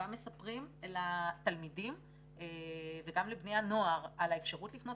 בה מספרים לתלמידים וגם לבני נוער על האפשרות לפנות